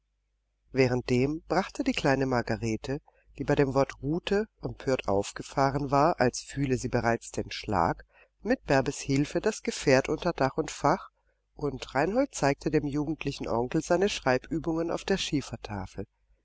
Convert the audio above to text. währenddem brachte die kleine margarete die bei dem wort rute empört aufgefahren war als fühle sie bereits den schlag mit bärbes hilfe das gefährt unter dach und fach und reinhold zeigte dem jugendlichen onkel seine schreibübungen auf der schiefertafel